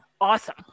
awesome